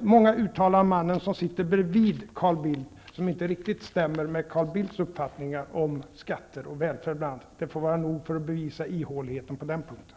många uttalanden av mannen som sitter bredvid Carl Bildt som inte riktigt stämmer med Carls Bildts uppfattningar om bl.a. skatter och välfärd. Det är nog för att bevisa ihåligheten på den punkten.